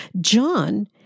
John